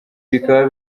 bikaba